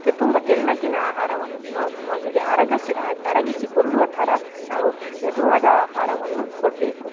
ತುಂಬ ತೆಳ್ಳಗಿನ ಆಹಾರವನ್ನು ಮಗುವಿಗೆ ಅರಗಿಸಿ ಅರಗಿಸಿ ಕೊಳ್ಳುವ ಥರ ನಾವು ಮೆದುವಾದ ಆಹಾರವನ್ನು ಕೊಡಬೇಕು